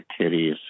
titties